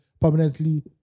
permanently